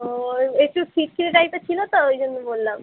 ওই একটু খিটখিটে টাইপের ছিলো তো ওই জন্য বললাম